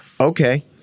Okay